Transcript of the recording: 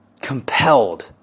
compelled